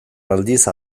aldiz